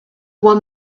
won